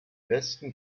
westen